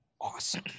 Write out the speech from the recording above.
awesome